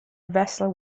vessel